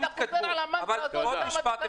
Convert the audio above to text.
אתה חוזר על המנטרה הזאת כמה פעמים,